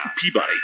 Peabody